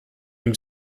ihm